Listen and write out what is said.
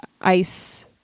ice